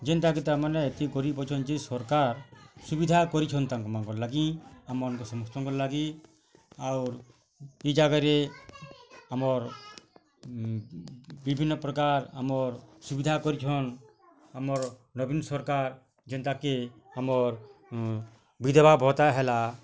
ଯେନ୍ତା କି ତାର୍ ମାନେ ଏତେ ଗରିବ ଅଛନ୍ ଯେ ସରକାର୍ ସୁବିଧା କରିଛନ୍ତି ତାଙ୍କ ମାନଙ୍କର୍ ଲାଗି ଆମ ମାନଙ୍କର୍ ସମସ୍ତଙ୍କର୍ ଲାଗି ଆଉରୁ ଇ ଜାଗା ରେ ଆମର୍ ବିଭିନ୍ନ ପ୍ରକାର୍ ଆମର୍ ସୁବିଧା କରିଛନ୍ ଆମର୍ ନବୀନ୍ ସରକାର ଯେନ୍ତା କେ ଆମର୍ ବିଧେବା ଭତ୍ତା ହେଲା